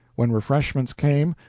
when refreshments came,